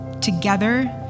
Together